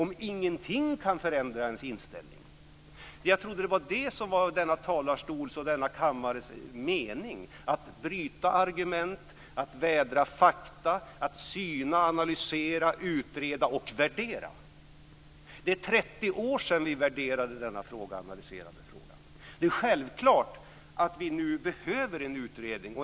Jag trodde att meningen här i kammaren när man står i denna talarstol var att bryta argument, att vädra fakta samt att syna, analysera, utreda och värdera. Det är 30 år sedan vi värderade och analyserade frågan så självklart behövs det nu en utredning.